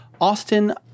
Austin